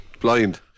blind